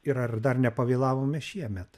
ir ar dar nepavėlavome šiemet